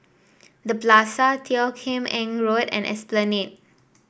The Plaza Teo Kim Eng Road and Esplanade